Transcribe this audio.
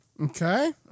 Okay